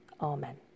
Amen